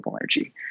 energy